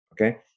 Okay